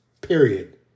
period